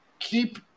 Keep